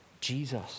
Jesus